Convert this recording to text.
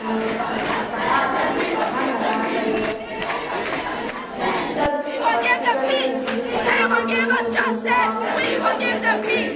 باہر باہر نہ جانا پڑے ہاسپٹل ہاسپٹل ہم لوگ کے گاؤں میں نہیں ہے ہم لوگ کے گاؤں میں ہاسپٹل ہونا چاہیے